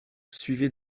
suivi